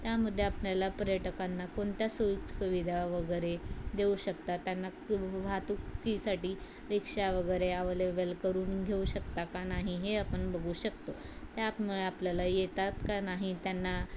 त्यामध्ये आपल्याला पर्यटकांना कोणत्या सोय सुविधा वगैरे देऊ शकतात त्यांना वाहतुकीसाठी रिक्षा वगैरे अवलेबल करून घेऊ शकता का नाही हे आपण बघू शकतो त्यामुळे आपल्याला येतात का नाही त्यांना